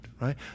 Right